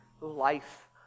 life